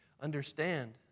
understand